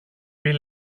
πει